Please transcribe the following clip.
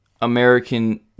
american